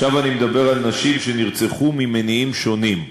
עכשיו אני מדבר על נשים שנרצחו ממניעים שונים,